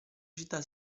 città